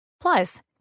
Plus